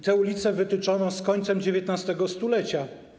Te ulice wytyczono z końcem XIX stulecia.